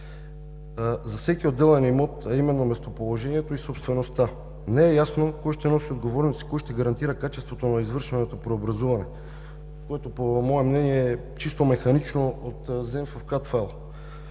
за всеки отделен имот, а именно местоположението и собствеността. Не е ясно кой ще носи отговорност и кой ще гарантира качеството на извършваното преобразуване, което по мое мнение е чисто механично отразен в карт-файл.